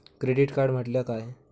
Credit card म्हटल्या काय?